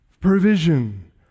Provision